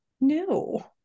No